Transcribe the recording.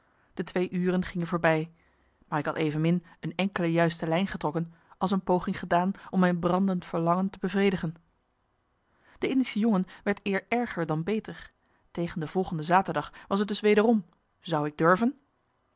de twee uren gingen voorbij maar ik had evenmin een enkele juiste lijn getrokken als een poging gedaan om mijn brandend verlangen te bevredigen de indische jongen werd eer erger dan beter tegen de volgende zaterdag was t dus wederom zou ik durven